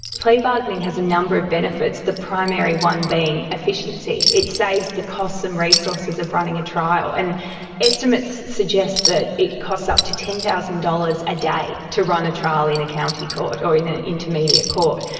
plea bargaining has a number of benefits, the primary one being efficiency. it saves the costs and resources of running a trial, and estimates suggest that it costs up to ten thousand dollars a day to run a trial in a county court or in an intermediate court,